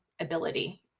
ability